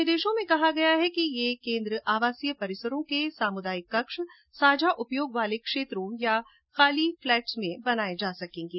निर्देशों में कहा गया है कि ये केन्द्र आवासीय परिसरों के सामुदायिक कक्ष साझा उपयोग वाले क्षेत्रों या खाली फ्लैट में बनाए जा सकेंगे